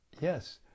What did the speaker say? Yes